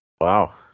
Wow